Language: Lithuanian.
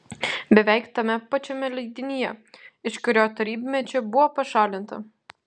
beveik tame pačiame leidinyje iš kurio tarybmečiu buvo pašalinta